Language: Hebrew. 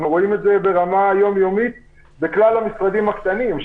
אנחנו רואים את זה ברמה יומיומית בכלל המשרדים הקטנים,